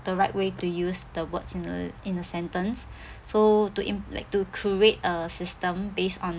the right way to use the words in a in a sentence so to im~ like to create a system based on